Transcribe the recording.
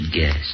guess